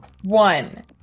one